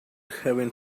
having